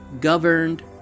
governed